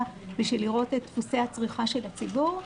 בשביל לראות את דפוסי הצריכה של הציבור,